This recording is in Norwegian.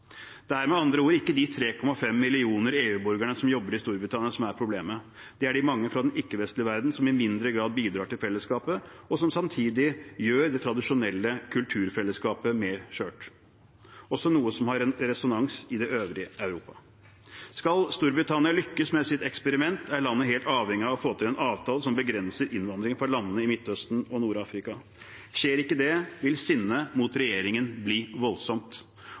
Det er med andre ord ikke de 3,5 millionene EU-borgere som jobber i Storbritannia, som er problemet. Det er de mange fra den ikke-vestlige verden som i mindre grad bidrar til fellesskapet, og som samtidig gjør det tradisjonelle kulturfellesskapet mer skjørt – også noe som har resonans i det øvrige Europa. Skal Storbritannia lykkes med sitt eksperiment, er landet helt avhengig av å få til en avtale som begrenser innvandringen fra landene i Midtøsten og Nord-Afrika. Skjer ikke det, vil sinnet mot regjeringen bli voldsomt,